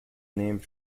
named